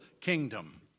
kingdom